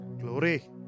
Glory